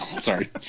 Sorry